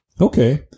Okay